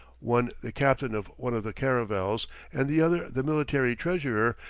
one the captain of one of the caravels and the other the military treasurer,